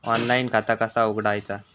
Online खाता कसा उघडायचा?